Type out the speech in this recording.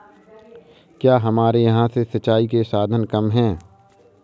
क्या हमारे यहाँ से सिंचाई के साधन कम है?